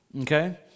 Okay